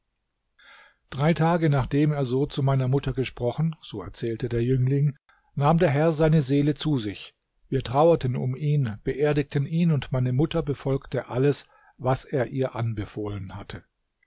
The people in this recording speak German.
drei tage nachdem er so zu meiner mutter gesprochen so erzählte der jüngling nahm der herr seine seele zu sich wir trauerten um ihn beerdigten ihn und meine mutter befolgte alles was er ihr anbefohlen hatte